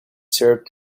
syrup